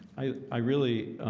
i i really